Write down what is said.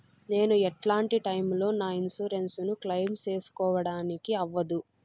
నేను ఎట్లాంటి టైములో నా ఇన్సూరెన్సు ను క్లెయిమ్ సేసుకోవడానికి అవ్వదు?